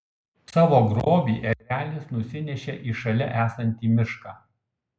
savo grobį erelis nusinešė į šalia esantį mišką